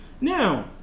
now